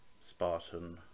Spartan